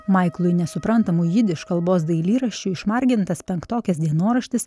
maiklui nesuprantamu jidiš kalbos dailyraščiu išmargintas penktokės dienoraštis